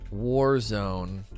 Warzone